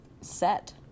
set